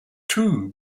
two